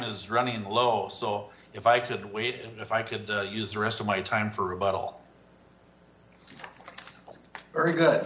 is running low so if i could wait if i could use the rest of my time for a bottle early good